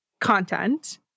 content